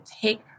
take